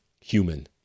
human